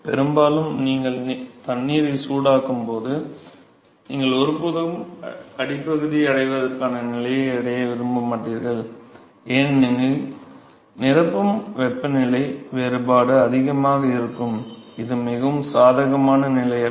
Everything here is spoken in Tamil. பெரும்பாலும் நீங்கள் தண்ணீரை சூடாக்கும்போது நீங்கள் ஒருபோதும் அடிப்பகுதியை அடைவதற்கான நிலையை அடைய விரும்ப மாட்டீர்கள் ஏனெனில் நிரப்பும் வெப்பநிலை வேறுபாடு அதிகமாக இருக்கும் இது மிகவும் சாதகமான நிலை அல்ல